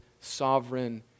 sovereign